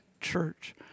church